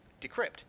decrypt